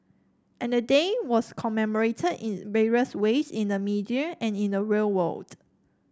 and the day was commemorated in various ways in the media and in the real world